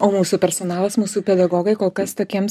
o mūsų personalas mūsų pedagogai kol kas tokiems